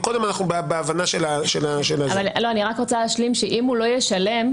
רוצה להשלים שאם הוא לא ישלם,